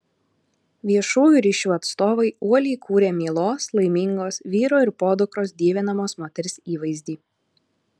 viešųjų ryšių atstovai uoliai kūrė mielos laimingos vyro ir podukros dievinamos moters įvaizdį